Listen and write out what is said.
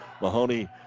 Mahoney